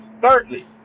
Thirdly